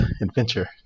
adventure